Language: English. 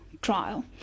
trial